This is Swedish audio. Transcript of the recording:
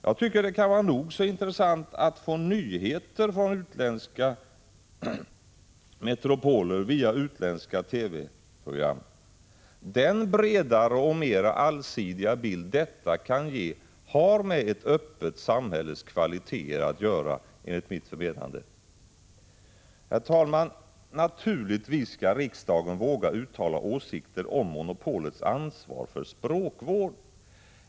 Jag tycker det kan vara nog så intressant att få nyheter från utländska metropoler via utländska TV program. Den bredare och mera allsidiga bild detta kan ge har, enligt mitt förmenande, med ett öppet samhälles kvaliteter att göra. Herr talman! Naturligtvis skall riksdagen våga uttala åsikter om monopolets ansvar för språkvård.